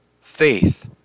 Faith